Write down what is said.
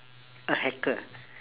a hacker